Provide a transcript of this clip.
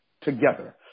together